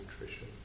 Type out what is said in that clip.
nutrition